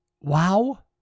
Wow